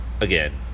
again